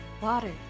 Water